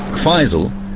faisal,